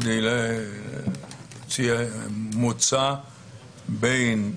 כדי להציע מוצא בין